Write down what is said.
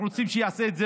אנחנו רוצים שהוא